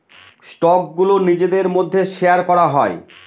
স্টকগুলো নিজেদের মধ্যে শেয়ার করা হয়